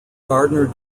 gardner